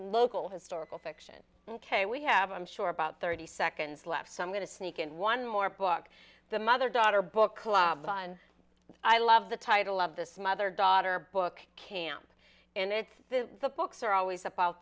local historical fiction ok we have i'm sure about thirty seconds left so i'm going to sneak in one more book the mother daughter book club on i love the title of this mother daughter book camp and it's the books are always about